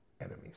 enemies